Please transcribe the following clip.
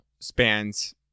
spans